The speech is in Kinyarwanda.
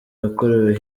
yakorewe